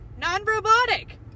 non-robotic